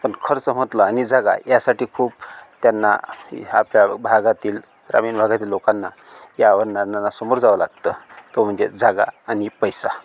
आणि जगा यासाठी खूप त्यांना ह्या पॅ भागातील ग्रामीण भागातील लोकांना या आव्हानांंना सामोर जावं लागतं तो म्हणजे जागा आणि पैसा